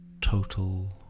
total